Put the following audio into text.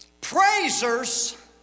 Praisers